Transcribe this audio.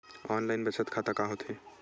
Online बचत खाता का होथे?